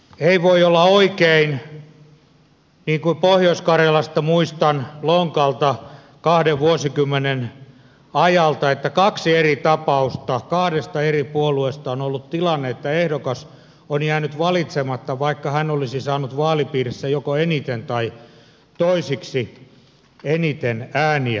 ei voi olla oikein niin kuin pohjois karjalasta muistan lonkalta kahden vuosikymmenen ajalta että kahdessa eri tapauksessa kahdesta eri puolueesta on ollut tilanne että ehdokas on jäänyt valitsematta vaikka hän on saanut vaalipiirissä joko eniten tai toiseksi eniten ääniä